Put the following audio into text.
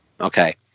Okay